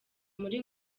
muri